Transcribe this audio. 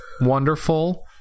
wonderful